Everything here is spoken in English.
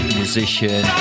musician